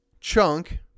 chunk